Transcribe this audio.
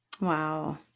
Wow